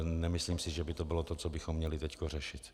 Nemyslím si, že by to bylo to, co bychom měli teď řešit.